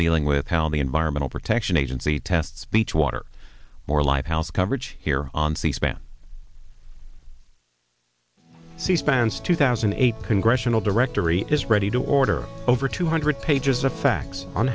dealing with how the environmental protection agency tests beach water more live house coverage here on c span c spends two thousand eight congressional directory is ready to order over two hundred pages of facts on